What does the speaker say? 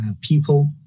people